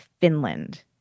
Finland